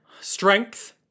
Strength